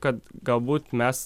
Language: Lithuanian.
kad galbūt mes